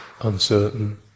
uncertain